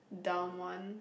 dumb one